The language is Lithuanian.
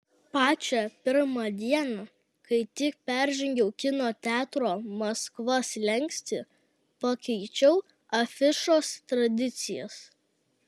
pačią pirmą dieną kai tik peržengiau kino teatro maskva slenkstį pakeičiau afišos tradicijas